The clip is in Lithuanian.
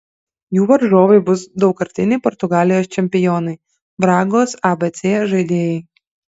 jų varžovai bus daugkartiniai portugalijos čempionai bragos abc žaidėjai